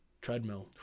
Treadmill